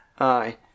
Aye